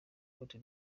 cote